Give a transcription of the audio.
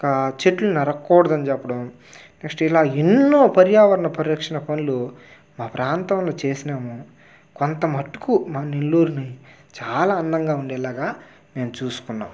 ఇంకా చెట్లు నరక కూడదని చెప్పడం నెక్స్ట్ ఇలా ఎన్నో పర్యావరణ పరిరక్షణ పనులు మా ప్రాంతంలో చేసినాము కొంత మట్టుకు మా నెల్లూరిని చాలా అందంగా ఉండేలాగా మేము చూసుకున్నాం